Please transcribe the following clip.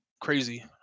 crazy